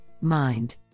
Mind